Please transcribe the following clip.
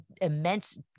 immense